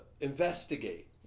investigate